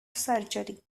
surgery